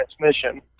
transmission